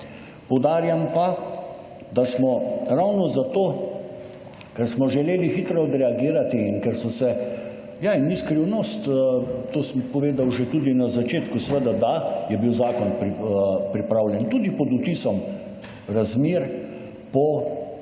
Poudarjam pa, da smo ravno zato smo želeli hitro odreagirati, in ker so se, ja, in ni skrivnost, to sem povedal že tudi na začetku, seveda, da je bil zakon pripravljen tudi pod vtisom razmer po